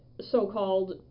so-called